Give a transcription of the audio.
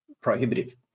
prohibitive